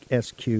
SQ